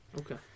Okay